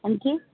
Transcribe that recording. ਹਾਂਜੀ